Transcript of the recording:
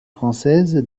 française